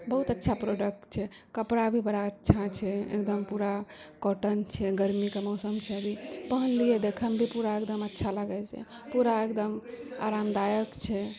बहुत अच्छा प्रोडक्ट छै कपड़ा भी बड़ा अच्छा छै एकदम पूरा कॉटन छै गरमीके मौसम छै अभी पहनलिये देखैमे भी पूरा अच्छा लागै छै पूरा एकदम आरामदायक छै